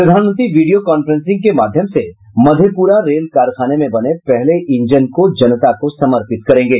प्रधानमंत्री video conferencing के माध्यम से मधेपुरा रेल कारखाने में बने पहले इंजन को जनता को समर्पित करेंगे